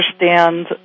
understand